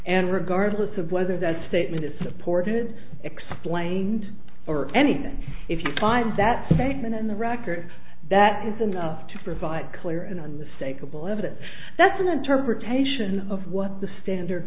and regardless of whether that statement is supported explained or anything if you find that statement in the record that is enough to provide clear and unmistakable evidence that's an interpretation of what the standard